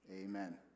amen